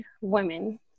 women